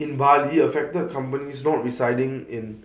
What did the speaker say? in Bali affected companies not residing in